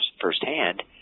firsthand